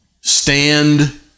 stand